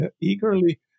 eagerly